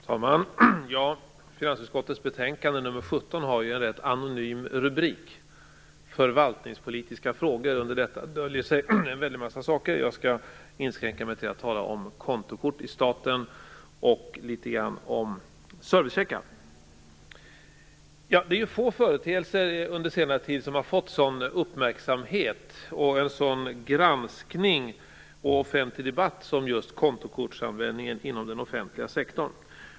Fru talman! Finansutskottets betänkande nr 17 har en ganska anonym rubrik. Betänkandet heter Förvaltningspolitiska frågor. Under den rubriken döljer sig väldigt många saker. Jag skall inskränka mig till att tala om kontokort i staten och litet grand om servicecheckar. Det är få företeelser under senare tid som har lett till en sådan uppmärksamhet, granskning och offentlig debatt som just kontokortsanvändningen inom den offentliga sektorn.